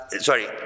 sorry